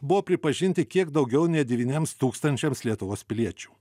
buvo pripažinti kiek daugiau nei devyniems tūkstančiams lietuvos piliečių